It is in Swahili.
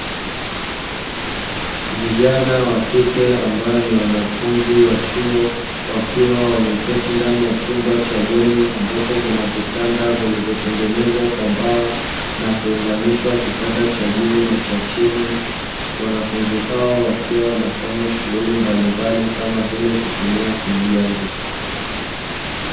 Vijana wa kike ambao ni wanafunzi wa chuo, wakiwa wameketi ndani ya chumba cha bweni, ambapo kuna vitanda vilivyotengenezwa kwa mbao na kuunganishwa kitanda cha juu na cha chini. Wanafunzi hao wakiwa wanafanya shughuli mbalimbali kama vile kutumia simu janja.